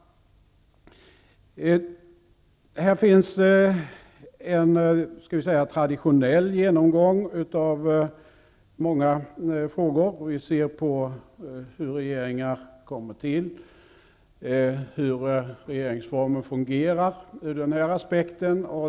Här är det en traditionell genomgång av många frågor. Vi ser på hur regeringar kommer till, hur regeringsformen fungerar ur den aspekten.